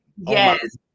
Yes